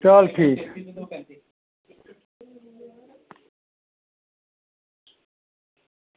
चल ठीक